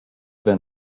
been